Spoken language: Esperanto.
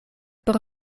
por